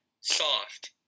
soft